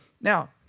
Now